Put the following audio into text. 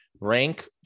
rank